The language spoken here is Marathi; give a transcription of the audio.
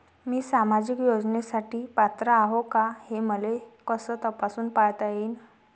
मी सामाजिक योजनेसाठी पात्र आहो का, हे मले कस तपासून पायता येईन?